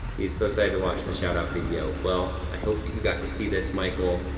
he's so excited to watch the shout-out video. well, i hope that you got to see this michael.